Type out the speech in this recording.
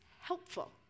helpful